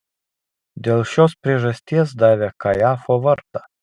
dėl šios priežasties davė kajafo vardą